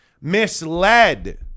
misled